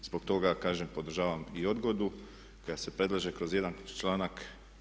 Zbog toga kažem podržavam i odgodu i da ga se predlaže kroz jedan članak.